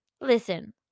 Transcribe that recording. Listen